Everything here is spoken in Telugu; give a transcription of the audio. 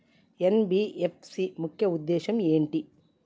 ఎన్.బి.ఎఫ్.సి ముఖ్య ఉద్దేశం ఏంటి?